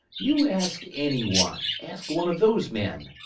you ask any one. ask one of those men.